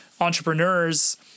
entrepreneurs